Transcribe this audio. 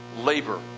labor